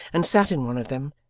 and sat in one of them,